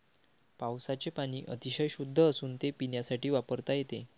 पावसाचे पाणी अतिशय शुद्ध असून ते पिण्यासाठी वापरता येते